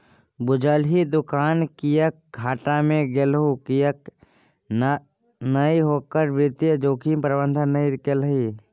बुझलही दोकान किएक घाटा मे गेलहु किएक तए ओकर वित्तीय जोखिम प्रबंधन नहि केलही